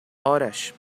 آرش